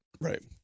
Right